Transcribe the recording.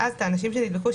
והאנשים שנדבקו,